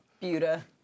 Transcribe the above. Buda